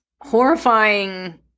horrifying